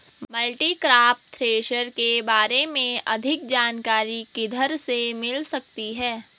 Multicrop thresher के बारे में अधिक जानकारी किधर से मिल सकती है?